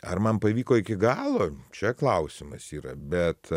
ar man pavyko iki galo čia klausimas yra bet